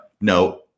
No